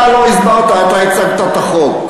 אתה לא הסברת, אתה הצגת את החוק.